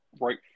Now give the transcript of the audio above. right